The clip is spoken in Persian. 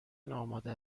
آماده